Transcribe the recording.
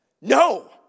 No